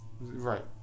Right